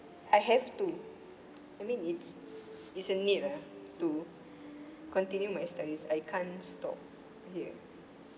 I have to I mean it's it's a need ah to continue my studies I can't stop here